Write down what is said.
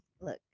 look